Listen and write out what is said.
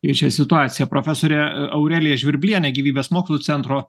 keičia situaciją profesorė aurelija žvirblienė gyvybės mokslų centro